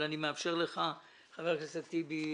אני מאפשר לך, חבר הכנסת טיבי,